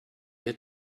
had